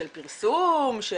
של פרסום,